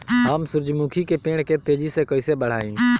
हम सुरुजमुखी के पेड़ के तेजी से कईसे बढ़ाई?